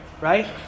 Right